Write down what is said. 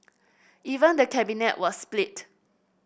even the cabinet was split